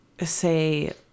say